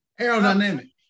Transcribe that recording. Aerodynamic